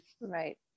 Right